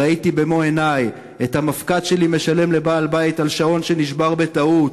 ראיתי במו עיני את המפק"ץ שלי משלם לבעל-בית על שעון שנשבר בטעות.